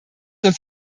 uns